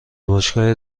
باشگاه